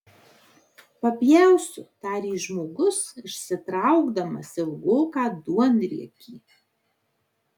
papjausiu tarė žmogus išsitraukdamas ilgoką duonriekį